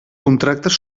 contractes